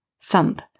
Thump